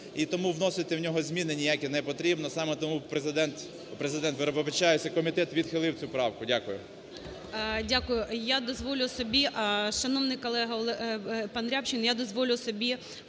і тому вносити в нього зміни ніякі не потрібно. Саме тому Президент, Президент, вибачаюсь, комітет відхилив цю правку. Дякую. ГОЛОВУЮЧИЙ. Дякую. Я дозволю собі, шановний колега панРябчин, я дозволю собі